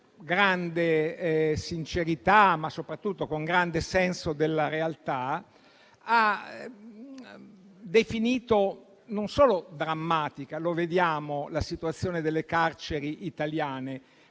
grande sincerità, ma soprattutto con grande senso della realtà ha definito non solo drammatica - lo vediamo - la situazione delle carceri italiane,